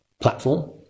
platform